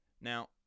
Now